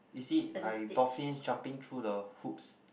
is it like dolphins jumping through the hoops